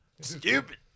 Stupid